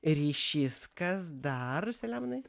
ryšys kas dar saliamonai